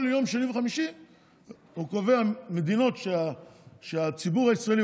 כל שני וחמישי הוא קובע מדינות שהציבור הישראלי